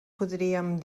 podríem